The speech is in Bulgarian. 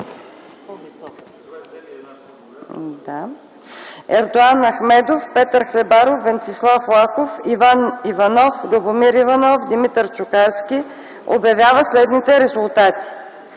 Ердоан Ахмедов, Петър Хлебаров, Венцислав Лаков, Иван Иванов, Любомир Иванов, Димитър Чукарски, обявява следните резултати: